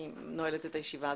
אני נועלת את הישיבה.